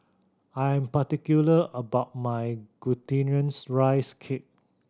I am particular about my Glutinous Rice Cake